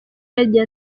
radio